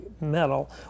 metal